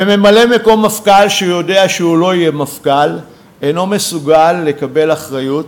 וממלא-מקום מפכ"ל שיודע שהוא לא יהיה מפכ"ל אינו מסוגל לקבל אחריות,